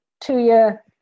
two-year